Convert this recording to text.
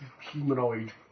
humanoid